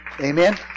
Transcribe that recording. Amen